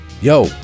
Yo